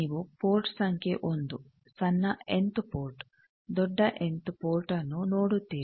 ನೀವು ಪೋರ್ಟ್ ಸಂಖ್ಯೆ 1 ಸಣ್ಣ ಎಂತ್ ಪೋರ್ಟ್ ದೊಡ್ಡ ಎಂತ್ ಪೋರ್ಟ್ನ್ನು ನೋಡುತ್ತೀರಿ